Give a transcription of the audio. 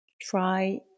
try